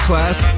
Class